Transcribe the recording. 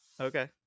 Okay